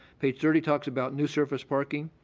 page thirty talks about new surface parking.